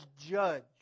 Judge